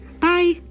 Bye